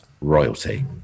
royalty